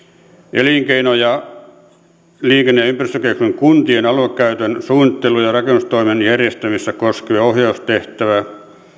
elinkeino liikenne ja ympäristökeskusten kuntien aluekäytön suunnittelu ja rakennustoimen järjestämistä koskeva ohjaustehtävä